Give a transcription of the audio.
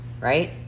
right